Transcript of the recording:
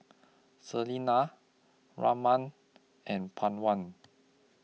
Selina Raman and Pawan